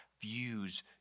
views